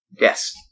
Yes